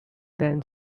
than